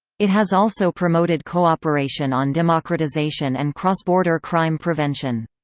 it has also promoted cooperation on democratization and cross-border crime prevention.